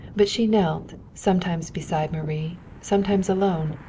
but she knelt, sometimes beside marie, sometimes alone,